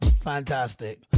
Fantastic